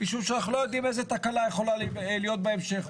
משום שאנחנו לא יודעים איזו תקלה יכולה להיות בהמשך.